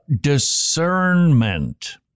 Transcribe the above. discernment